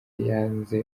yanze